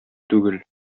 түгел